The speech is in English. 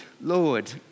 Lord